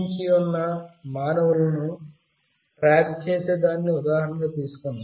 జీవరాసులను track చేసే దానిని ఉదాహరణగా తీసుకుందాం